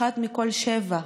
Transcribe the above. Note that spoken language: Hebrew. אחת מכל שבע,